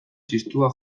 txistua